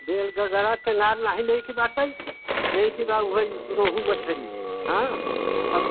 bell गगरा केनार नहीं लईके बाटई लेइके बा उहई रोहू मछरी हाँ अब